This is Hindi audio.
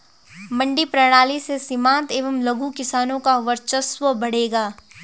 मंडी प्रणाली से सीमांत एवं लघु किसानों का वर्चस्व बढ़ेगा